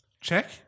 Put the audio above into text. Check